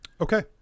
okay